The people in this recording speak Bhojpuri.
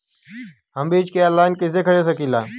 हम बीज के आनलाइन कइसे खरीद सकीला?